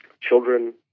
children